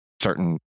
certain